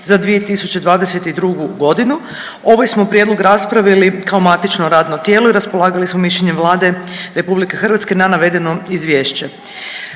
za 2022. godinu. Ovaj smo prijedlog raspravili kao matično radno tijelo i raspolagali smo mišljenjem Vlade Republike Hrvatske na navedeno izvješće.